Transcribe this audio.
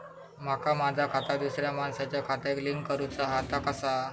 माका माझा खाता दुसऱ्या मानसाच्या खात्याक लिंक करूचा हा ता कसा?